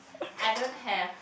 I don't have